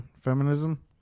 feminism